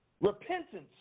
Repentance